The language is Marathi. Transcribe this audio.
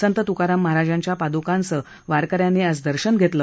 संत तुकाराम महाराजांच्या पादुकांचं वारकऱ्यांनी दर्शनघेतलं